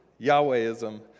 Yahwehism